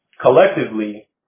Collectively